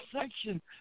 section